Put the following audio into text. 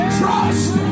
trust